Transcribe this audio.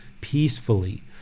peacefully